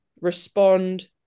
respond